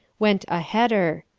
went a header.